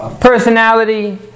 personality